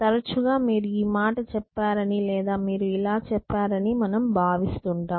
తరచుగా మీరు ఈ మాట చెప్పారని లేదా మీరు ఇలా చెప్పారని మనం భావిస్తుంటాం